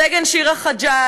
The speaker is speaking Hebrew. סגן שיר חג'אג',